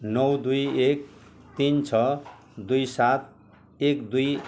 नौ दुई एक तिन छ दुई सात एक दुई